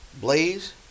Blaze